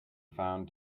found